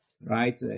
right